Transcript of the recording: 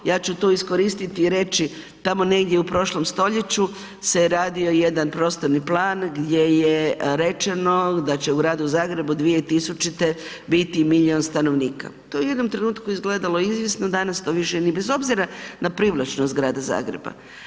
Ja ću tu iskoristiti i reći, tamo negdje u prošlom stoljeću se je radio jedan prostorni plan gdje je rečeno da će u gradu Zagrebu 2000. bili milijun stanovnika, to je u jednom trenutku izgledalo izvjesno, danas to više nije, bez obzira na privlačnost grada Zagreba.